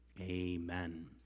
amen